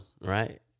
Right